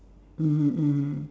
mmhmm mmhmm